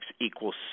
equals